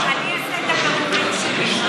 אני אעשה את הבירורים שלי.